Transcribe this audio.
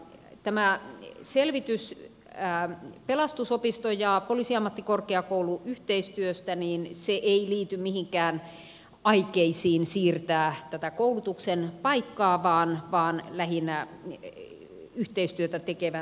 tämä selvitys pelastusopiston ja poliisiammattikorkeakoulun yhteistyöstä ei liity mihinkään aikeisiin siirtää tätä koulutuksen paikkaa vaan lähinnä yhteistyötä tekevän ammattikorkeakoulun kohdalla selvityksestä